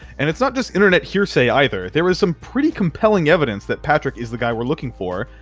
and it's not just internet hearsay, either there is some pretty compelling evidence that patrick is the guy we're looking for,